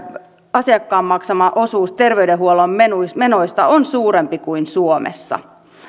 asiakkaan maksama osuus terveydenhuollon menoista menoista on suurempi kuin suomessa